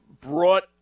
brought